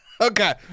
Okay